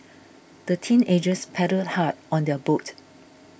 the teenagers paddled hard on their boat